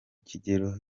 kigero